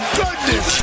goodness